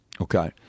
okay